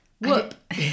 Whoop